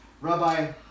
Rabbi